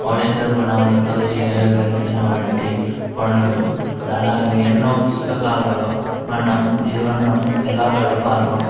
ఔషధ గుణాలతో చేయవలసిన వంటి పనులు అలాగే ఎన్నో పుస్తకాలలో మనం జీవనం ఎలా గడపాలో